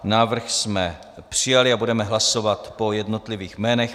Návrh jsme přijali a budeme hlasovat po jednotlivých jménech.